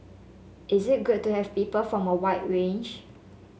is it good to have people from a wide range